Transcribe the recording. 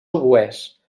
oboès